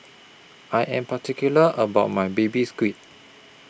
I Am particular about My Baby Squid